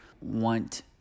want